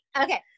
Okay